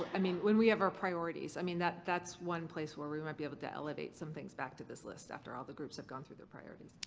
i mean when we have our priorities. i mean that's that's one place where we might be able to elevate some things back to this list after all the groups have gone through their priorities.